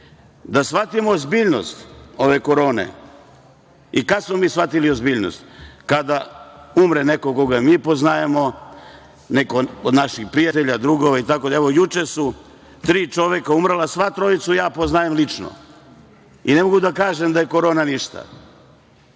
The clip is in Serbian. shvatimo ozbiljnost ove korone i kada smo mi shvatili ozbiljnost? Kada umre neko koga mi poznajemo, neko od naših prijatelja, drugova itd. Juče su tri čoveka umrla, svu trojicu ja poznajem lično i ne mogu da kažem da je korona ništa. Tako